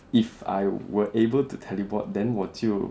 if I were able to teleport then 我就